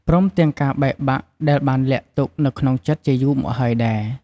ព្រមទាំងការបែកបាក់ដែលបានលាក់ទុក្ខនៅក្នុងចិត្តជាយូរមកហើយដែរ។